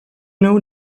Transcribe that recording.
know